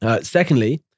Secondly